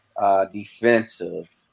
defensive